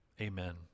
amen